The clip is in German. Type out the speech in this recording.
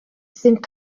sind